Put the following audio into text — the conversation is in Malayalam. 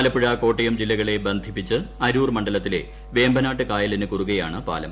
ആലപ്പുഴ കോട്ടയം ജില്പകളെ ബന്ധിപ്പിച്ച് അരൂർ മണ്ഡലത്തിലെ വേമ്പനാട്ട് കായലിന് കുറുകെയാണ് പാലം